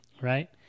right